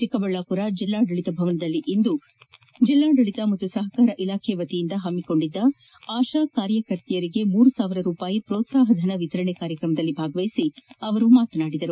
ಚಿಕ್ಕಬಳ್ಣಾಪುರ ಜಲ್ಲಾಡಳಿತ ಭವನದಲ್ಲಿ ಇಂದು ಜಿಲ್ಲಾಡಳಿತ ಹಾಗೂ ಸಹಕಾರ ಇಲಾಖೆ ವತಿಯಿಂದ ಹಮ್ಕೊಂಡಿದ್ದ ಆಶಾ ಕಾರ್ಯಕರ್ತೆಯರಿಗೆ ಮೂರು ಸಾವಿರ ರೂಪಾಯಿ ಪ್ರೋತ್ವಾಹ ಧನ ವಿತರಣೆ ಕಾರ್ಯಕ್ರಮದಲ್ಲಿ ಭಾಗವಹಿಸಿ ಅವರು ಮಾತನಾಡಿದರು